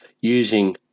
using